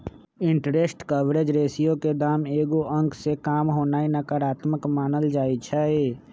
interest coverage ratio के दाम एगो अंक से काम होनाइ नकारात्मक मानल जाइ छइ